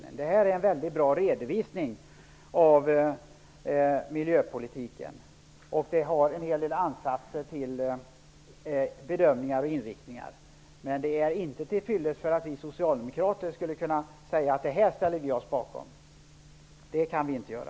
Denna proposition är en väldigt bra redovisning av miljöpolitiken, och den har en del ansatser till bedömningar och inriktningar. Men det är inte till fyllest för att vi socialdemokrater skulle kunna ställa oss bakom propositionen. Det kan vi inte göra.